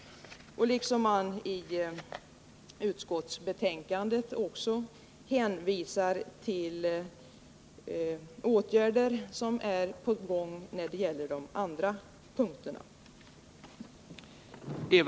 I utskottsbetänkandet hänvisar man till åtgärder som nu är på gång när det gäller de andra punkterna i motionen.